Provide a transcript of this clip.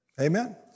Amen